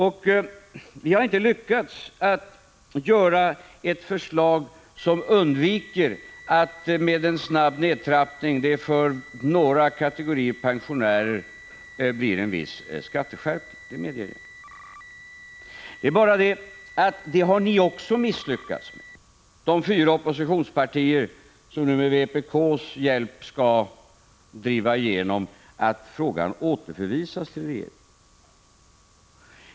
Jag medger att vi inte har lyckats utarbeta ett förslag som undviker att det med en snabb nedtrappning blir en viss skatteskärpning för några kategorier pensionärer. Det är bara det att ni också har misslyckats, ni fyra oppositionspartier som med vpk:s hjälp nu skall driva igenom ett beslut om att ärendet återförvisas till regeringen.